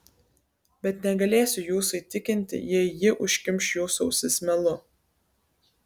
bet negalėsiu jūsų įtikinti jei ji užkimš jūsų ausis melu